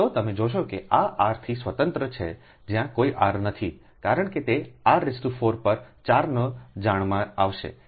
તો તમે જોશો કે આ r થી સ્વતંત્ર છે જયાં કોઈ r નથી કારણ કે તેr4પર4 ને જાણમાં આવશે